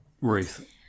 Ruth